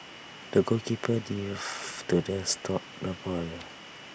the goalkeeper dived to the stop the ball